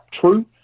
true